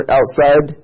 Outside